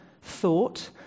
thought